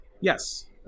Yes